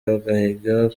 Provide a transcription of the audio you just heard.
agahigo